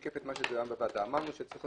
זה היה